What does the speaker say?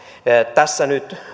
tässä nyt